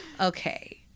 okay